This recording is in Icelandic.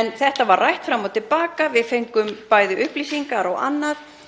en þetta var rætt fram og til baka. Við fengum upplýsingar og annað